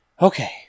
Okay